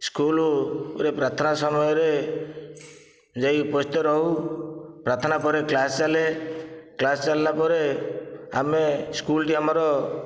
ସ୍କୁଲରେ ପ୍ରାର୍ଥନା ସମୟରେ ଯାଇ ଉପସ୍ଥିତ ରହୁ ପ୍ରାର୍ଥନା ପରେ କ୍ଳାସ୍ ଚାଲେ କ୍ଲାସ୍ ଚାଲିଲା ପରେ ଆମେ ସ୍କୁଲଟି ଆମର